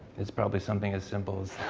it's probably something as simple as